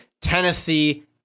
Tennessee